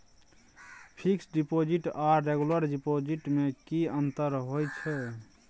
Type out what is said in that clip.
Fix deposit आर regular deposit में की अंतर होय छै?